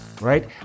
Right